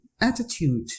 attitude